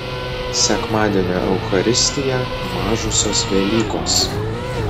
sekmadienio eucharistija mažosios velykos